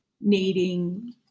needing